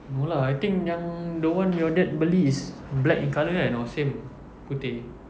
no lah I think yang the one your dad beli is black in colour kan or same putih